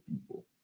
people